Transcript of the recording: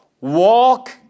walk